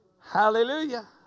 hallelujah